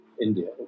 India